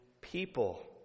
people